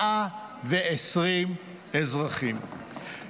120 אזרחים.